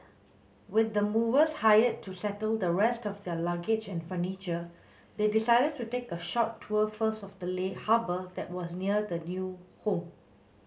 with the movers hired to settle the rest of their luggage and furniture they decided to take a short tour first of the lay harbour that was near their new home